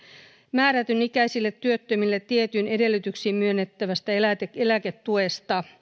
määrätyn ikäisille työttömille tietyin edellytyksin myönnettävän eläketuen eläketuen